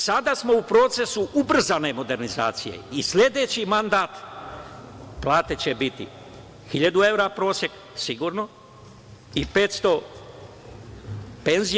Sada smo u procesu ubrzane modernizacije i sledeći mandat, plate će biti 1000 evra prosek, sigurno i 500 evra penzije.